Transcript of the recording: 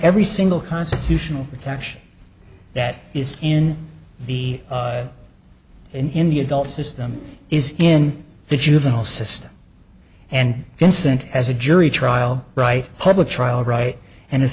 every single constitutional protection that is in the in the adult system is in the juvenile system and consent as a jury trial right public trial right and